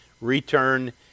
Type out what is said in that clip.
return